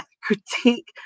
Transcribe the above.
critique